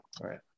right